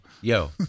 yo